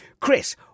Chris